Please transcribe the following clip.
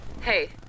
Hey